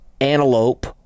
Antelope